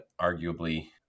arguably